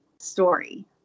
story